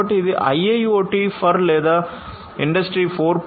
కాబట్టి ఇది IIoT for లేదా ఇండస్ట్రీ 4